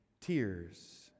Tears